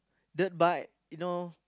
dirt bike you know